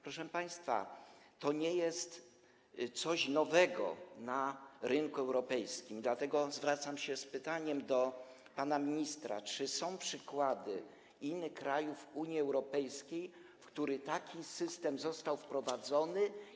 Proszę państwa, to nie jest coś nowego na rynku europejskim, dlatego zwracam się z pytaniem do pana ministra: Czy są przykłady innych krajów Unii Europejskiej, w których taki system został wprowadzony.